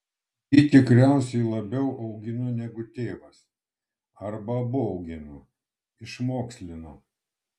ji tikriausiai labiau augino negu tėvas arba abu augino išmokslino